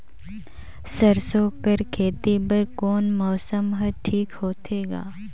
सरसो कर खेती बर कोन मौसम हर ठीक होथे ग?